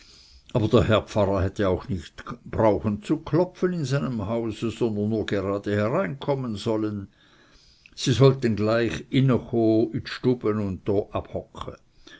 aber der herr pfarrer hätte auch nicht brauchen zu klopfen in seinem hause sondern nur gerade hereinkommen sollen sie sollten gleich innefür cho i dstube und cho abhocke